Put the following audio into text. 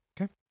Okay